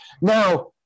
now